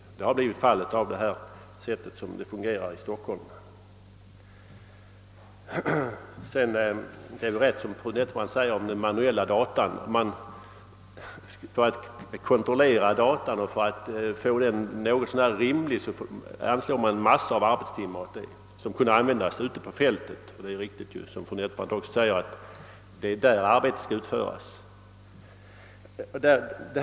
Detta har blivit fallet så som det nya systemet fungerar i Stockholm. Vad fru Nettelbrandt anförde om den »manuella datan» är riktigt. För att kontrollera datan och för att få den att fungera något så när anslår man massor av arbetstimmar, som kunde användas ute på fältet. Och det är ju där som arbetet skall utföras vilket fru Nettelbrandt mycket riktigt anmärkte.